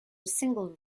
single